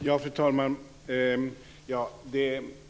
Fru talman!